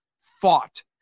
fought